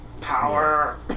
Power